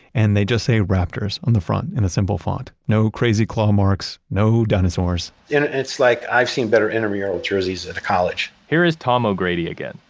and they just say raptors on the front in a simple font. no crazy claw marks, no dinosaurs. it's like, i've seen better intramural jerseys at a college. here's tom o'grady again.